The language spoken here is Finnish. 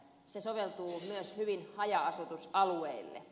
se soveltuu myös hyvin haja asutusalueille